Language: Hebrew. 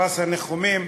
פרס הניחומים,